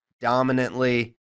dominantly